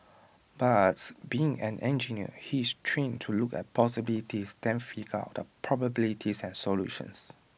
but being an engineer he is trained to look at possibilities then figure out the probabilities and solutions